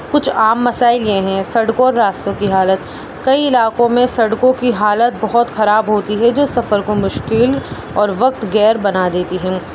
کچھ عام مسائل یہ ہیں سڑکوں اور راستوں کی حالت کئی علاقوں میں سڑکوں کی حالت بہت خراب ہوتی ہے جو سفر کو مشکل اور وقت گیر بنا دیتی ہے